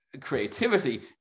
creativity